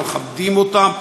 אנחנו מכבדים אותם.